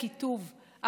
הקיטוב,